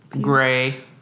Gray